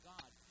God